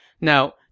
Now